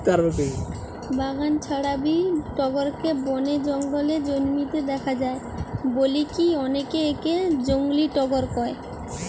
বাগান ছাড়াবি টগরকে বনে জঙ্গলে জন্মিতে দেখা যায় বলিকি অনেকে একে জংলী টগর কয়